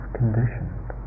conditioned